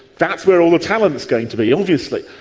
that's where all the talent is going to be, obviously.